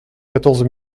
quatorze